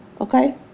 Okay